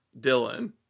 Dylan